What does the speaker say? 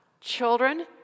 children